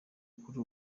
kuri